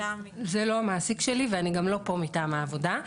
זה לא המעסיק שלי ואני גם לא פה מטעם העבודה.